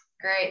Great